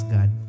God